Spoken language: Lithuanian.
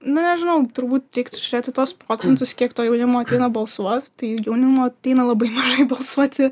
na nežinau turbūt reiktų žiūrėt į tuos procentus kiek to jaunimo ateina balsuot tai jaunimo ateina labai mažai balsuoti